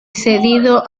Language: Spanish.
cedido